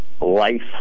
life